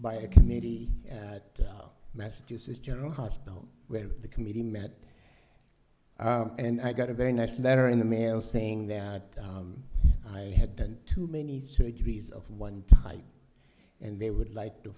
by a committee at massachusetts general hospital where the committee met and i got a very nice letter in the mail saying that i had been to many surgeries of one type and they would like to